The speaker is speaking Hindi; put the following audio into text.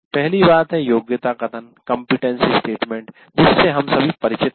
पहली बात है "योग्यता कथन" जिससे हम सभी परिचित हैं